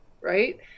right